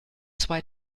zwei